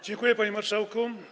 Dziękuję, panie marszałku.